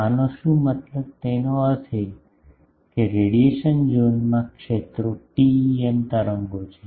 આનો શું મતલબ તેનો અર્થ એ કે રેડિયેશન ઝોનમાં ક્ષેત્રો TEM તરંગો છે